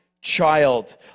child